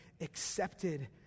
accepted